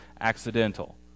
accidental